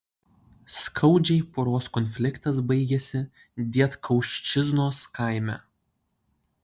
skaudžiai poros konfliktas baigėsi dietkauščiznos kaime